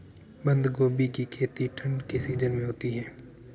बंद गोभी की खेती ठंड के सीजन में होती है